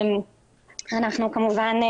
כמובן,